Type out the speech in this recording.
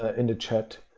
ah and chat.